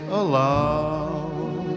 allow